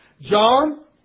John